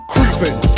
Creeping